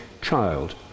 child